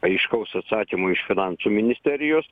aiškaus atsakymo iš finansų ministerijos